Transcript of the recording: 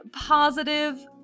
positive